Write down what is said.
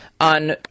on